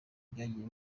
byagiye